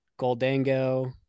Goldango